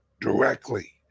directly